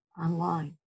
online